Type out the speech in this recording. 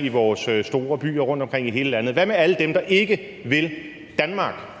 i vores store byer rundtomkring i hele landet? Hvad med alle dem, der ikke vil Danmark?